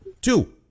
two